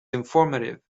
informative